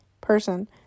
person